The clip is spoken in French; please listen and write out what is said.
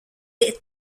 est